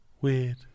Weird